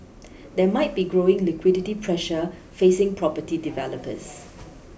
there might be growing liquidity pressure facing property developers